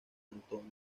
cantón